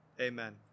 Amen